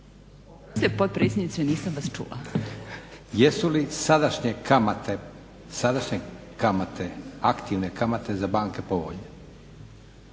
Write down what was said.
Jesu li sadašnje kamate aktivne kamate za banke povoljne?